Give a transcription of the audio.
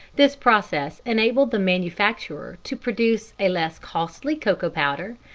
this process enabled the manufacturer to produce a less costly cocoa powder,